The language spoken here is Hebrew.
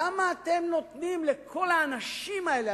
למה אתם נותנים לכל האנשים האלה,